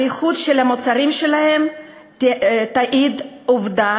על האיכות של המוצרים שלהם תעיד העובדה